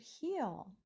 heal